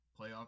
playoff